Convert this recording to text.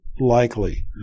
likely